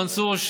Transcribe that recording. מנסור,